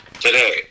today